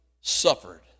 suffered